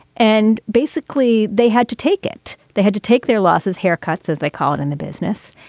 and basically they had to take it. they had to take their losses, haircuts, as they call it, in the business.